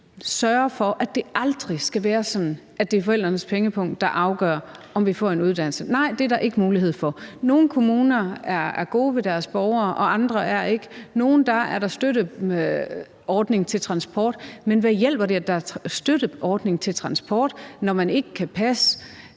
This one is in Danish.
sørger for, at det aldrig skal være sådan, at det er forældrenes pengepung, der afgør, om man får en uddannelse. Nej, det er der ikke mulighed for. Nogle kommuner er gode ved deres borgere og andre er ikke; i nogle er der støtteordninger til transport, men hvad hjælper det, at der er støtteordninger til transport, når man ikke kan passe